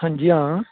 हंजी हां